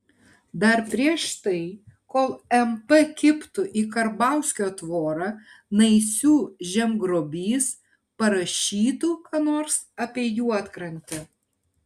dar prieš tai kol mp kibtų į karbauskio tvorą naisių žemgrobys parašytų ką nors apie juodkrantę